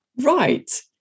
Right